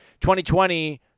2020